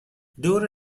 دور